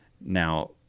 Now